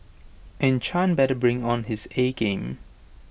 and chan better bring on his A game